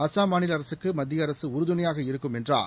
அசாம் மாநில அரசுக்கு மத்திய அரசு உறு துணையாக இருக்கும் என்றார்